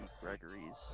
Gregory's